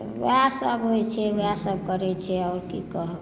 वएह सभ होइ छै वएह सभ करै छी आओर की कहब